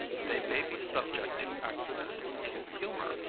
they may be subject to accidental ill humor,